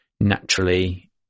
naturally